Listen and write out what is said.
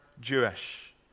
Jewish